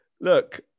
look